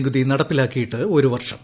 നികുതി നടപ്പിലാക്കിയിട്ട് ഒരു വർഷം